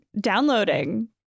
downloading